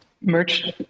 Merch